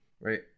right